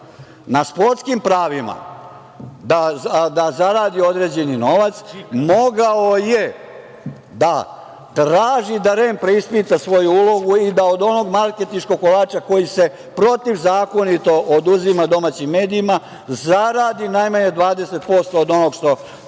na sportskim pravima da zaradi određeni novac, mogao je da traži da REM preispita svoju ulogu i da od onog marketinškog kolača koji se protivzakonito oduzima domaćim medijima, zaradi najmanje 20% od onog što